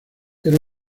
era